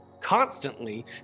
constantly